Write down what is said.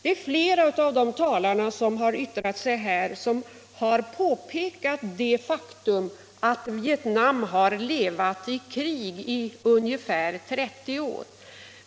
Det är flera av de talare som yttrat sig här som påpekat det faktum att Vietnam har levt i krig i ungefär 30 år.